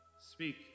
speak